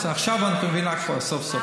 אז עכשיו את מבינה סוף-סוף.